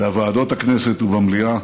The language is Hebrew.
בוועדות הכנסת ובמליאה,